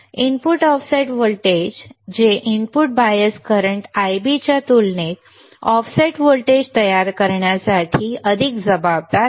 input offset voltage जे input bias current Ib च्या तुलनेत ऑफसेट व्होल्टेज तयार करण्यासाठी अधिक जबाबदार आहे